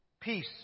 Peace